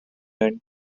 and